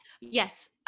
Yes